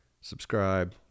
Subscribe